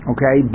Okay